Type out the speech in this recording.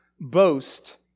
boast